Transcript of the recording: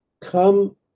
come